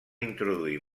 introduir